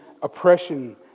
Oppression